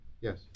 Yes